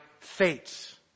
fates